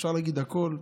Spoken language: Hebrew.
ואפשר להגיד הכול.